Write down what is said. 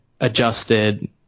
adjusted